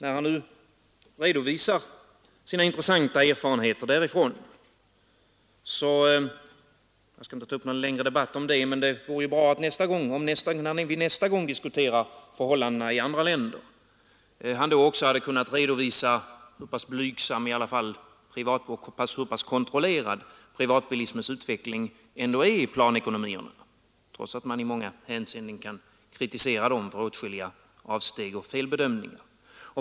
Jag skall inte ta upp någon längre debatt om detta, men när industriministern nästa gång redovisar sina intressanta erfarenheter vore det bra om han också redovisade hur pass blygsam och kontrollerad privatbilismens utveckling ändå är i planekonomierna — trots att man i många hänseenden kan kritisera dem för åtskilliga avsteg och felbedömningar.